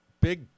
big